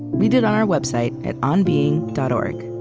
read it on our website at onbeing dot o r g